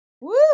Woo